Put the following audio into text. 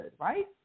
right